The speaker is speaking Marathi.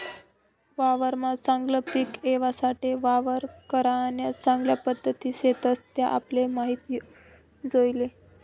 वावरमा चागलं पिक येवासाठे वावर करान्या चांगल्या पध्दती शेतस त्या आपले माहित जोयजे